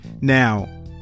now